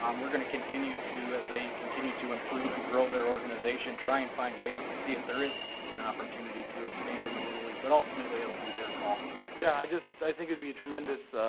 um we're going to continue to as they continue to improve and grow their organization, try and find ways to see if there is an opportunity to expand in a little league. but ultimately it will be their call. yeah. i just, i think it'd be a tremendous, ah,